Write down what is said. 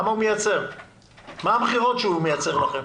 מה המכירות שהוא מייצר לכם?